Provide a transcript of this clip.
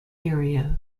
area